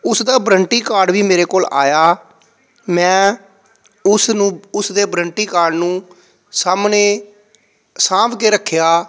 ਉਸ ਦਾ warranty card ਵੀ ਮੇਰੇ ਕੋਲ ਆਇਆ ਮੈਂ ਉਸ ਨੂੰ ਉਸ ਦੇ ਵਰੰਟੀ ਕਾਰਡ ਨੂੰ ਸਾਹਮਣੇ ਸਾਂਭ ਕੇ ਰੱਖਿਆ